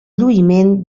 lluïment